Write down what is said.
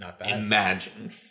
imagine